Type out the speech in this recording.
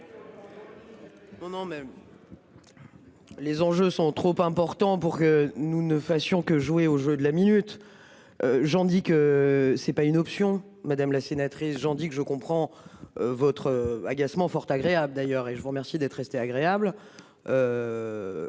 Non non même. Les enjeux sont trop importants pour que nous ne fassions que jouer au jeu de la minute. J'en dis que ce n'est pas une option, madame la sénatrice, j'en dis que je comprends. Votre agacement fort agréable d'ailleurs et je vous remercie d'être resté agréable.